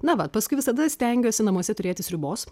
na va paskui visada stengiuosi namuose turėti sriubos